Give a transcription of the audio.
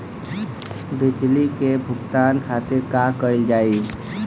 बिजली के भुगतान खातिर का कइल जाइ?